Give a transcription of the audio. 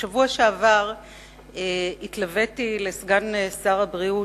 בשבוע שעבר התלוויתי לסגן שר הבריאות,